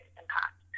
impact